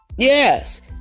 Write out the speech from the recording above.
Yes